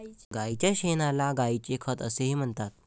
गायीच्या शेणाला गायीचे खत असेही म्हणतात